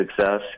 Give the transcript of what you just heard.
success